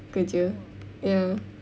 kerja ya